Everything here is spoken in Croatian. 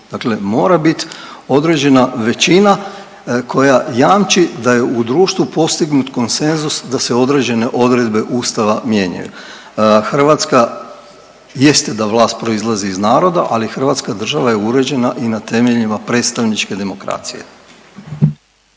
dakle mora bit određena većina koja jamči da je u društvu postignut konsenzus da se određene odredbe Ustava mijenjaju. Hrvatska jeste da vlast proizlazi iz naroda, ali Hrvatska država je uređena i na temeljima predstavničke demokracije.